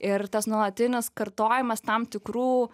ir tas nuolatinis kartojimas tam tikrų